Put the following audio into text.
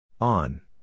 On